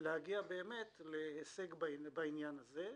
להגיע להישג בעניין הזה.